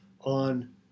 on